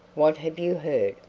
what have you heard?